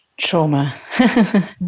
Trauma